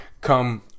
come